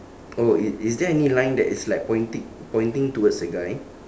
oh i~ is there any line that is like pointing pointing towards the guy